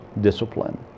discipline